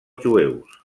jueus